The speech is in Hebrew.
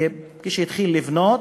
וכשהוא התחיל לבנות